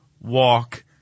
walk